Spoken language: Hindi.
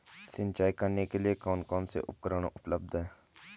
सिंचाई करने के लिए कौन कौन से उपकरण उपलब्ध हैं?